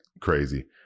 crazy